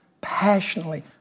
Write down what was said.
passionately